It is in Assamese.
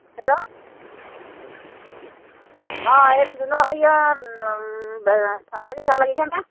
হেল্ল' অ' এইটো জোনৰ হেৰি অ' চাহ বাগিচাত লাগিছেনে